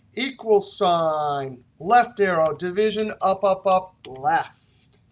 equal sign, left arrow, division, up, up, up, left,